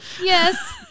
yes